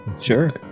Sure